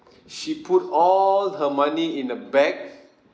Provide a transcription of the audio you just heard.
she put all her money in a bag